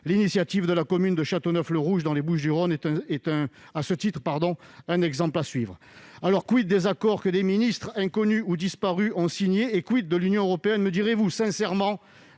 L'initiative de la commune de Châteauneuf-le-Rouge dans les Bouches-du-Rhône est à ce titre un exemple à suivre. des accords que des ministres, inconnus ou disparus, ont signés et de l'Union européenne, me direz-vous ? Sincèrement,